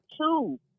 two